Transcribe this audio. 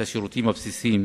סליחה.